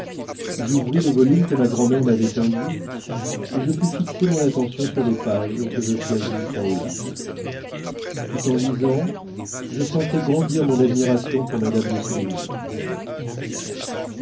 j'ouvris le volume que ma grand'mère m'avait tendu et je pus fixer mon attention sur les pages que je choisis çà et là tout en lisant je sentais grandir mon admiration pour madame de sévigné